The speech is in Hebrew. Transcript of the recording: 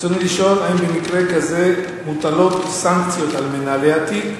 רצוני לשאול: 1. האם במקרה כזה מוטלות סנקציות על מנהלי התיק?